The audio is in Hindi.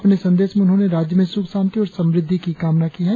अपने संदेश में उन्होंने राज्य में सुख शांति और समृद्धि की कामना की है